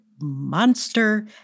monster